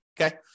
okay